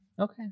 okay